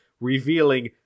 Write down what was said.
revealing